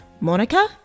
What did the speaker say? Monica